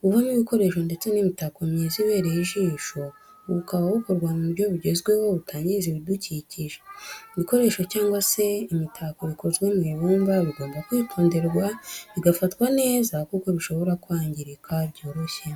buvamo ibikoresho ndetse n'imitako myiza ibereye ijisho, ubu bukaba bukorwa mu buryo bugezweho butangiza ibidukikije, ibikoresho cyangwa se imitako bikozwe mu ibumba bigomba kwitonderwa bigafatwa neza kuko bishobora kwangirika byoroshye.